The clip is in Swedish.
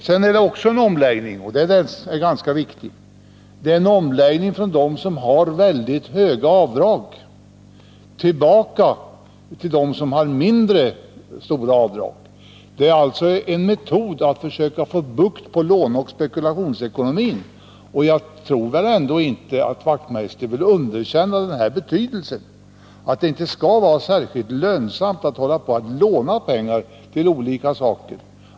Viktigt är också att det här är en omläggning från att gynna dem som har väldigt stora avdrag till att endast medge mindre stora avdrag. Det är alltså en metod att försöka få bukt med låneoch spekulationsekonomin. Jag tror inte att Knut Wachmeister vill förneka betydelsen av att det inte skall vara särskilt lönsamt att låna pengar till olika ändamål.